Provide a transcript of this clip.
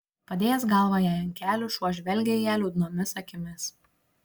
padėjęs galvą jai ant kelių šuo žvelgė į ją liūdnomis akimis